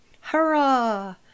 hurrah